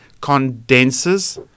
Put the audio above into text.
condenses